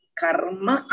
karma